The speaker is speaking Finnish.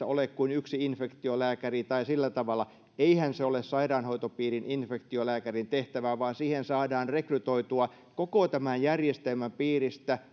ole kuin yksi infektiolääkäri tai sillä tavalla eihän se ole sairaanhoitopiirin infektiolääkärin tehtävä vaan siihen saadaan rekrytoitua koko tämän järjestelmän piiristä